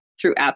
throughout